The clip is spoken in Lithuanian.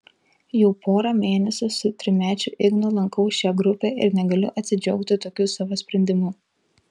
jau porą mėnesių su trimečiu ignu lankau šią grupę ir negaliu atsidžiaugti tokiu savo sprendimu